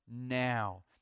now